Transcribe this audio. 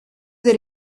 that